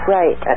right